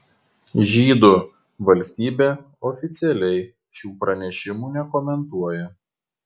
žydų valstybė oficialiai šių pranešimų nekomentuoja